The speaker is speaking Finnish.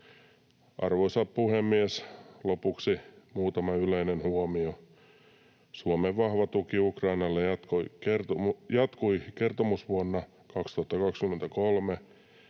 Arvoisa puhemies! Lopuksi muutama yleinen huomio: Suomen vahva tuki Ukrainalle jatkui kertomusvuonna 2023.